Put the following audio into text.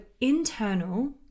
internal